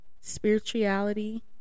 spirituality